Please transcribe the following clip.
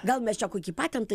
gal mes čia kokį patentą